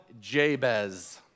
Jabez